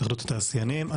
התאחדות התעשיינים.